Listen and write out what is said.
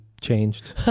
changed